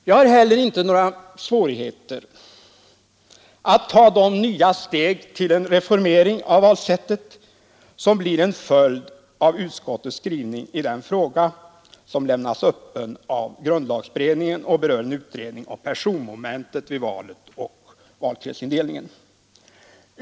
Jag har heller inte några svårigheter att ta de nya steg till en reformering av valsättet som blir en följd av utskottets skrivning i den fråga som lämnats öppen av grundlagberedningen och som berör en utredning om valkretsindelningen och personmomentet i valsättet.